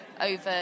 over